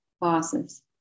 bosses